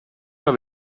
maar